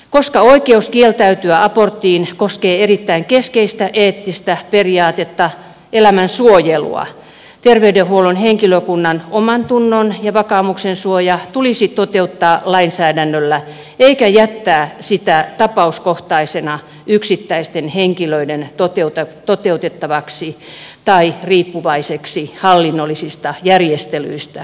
koska oikeus kieltäytyä abortista koskee erittäin keskeistä eettistä periaatetta elä män suojelua terveydenhuollon henkilökunnan omantunnon ja vakaumuksen suoja tulisi toteuttaa lainsäädännöllä eikä jättää sitä tapauskohtaisena yksittäisten henkilöiden toteutettavaksi tai riippuvaiseksi hallinnollisista järjestelyistä